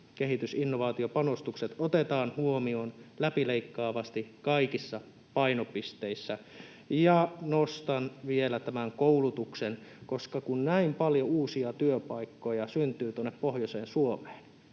kehitysinnovaatiopanostukset otetaan huomioon läpileikkaavasti kaikissa painopisteissä.” Ja nostan vielä tämän koulutuksen, koska kun näin paljon uusia työpaikkoja syntyy tuonne pohjoiseen Suomeen,